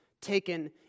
taken